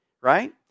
right